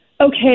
okay